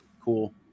Cool